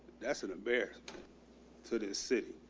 that's an embarrassment so to the city.